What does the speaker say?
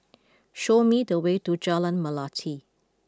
show me the way to Jalan Melati